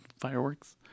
fireworks